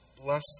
Bless